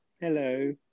Hello